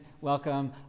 welcome